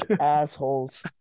assholes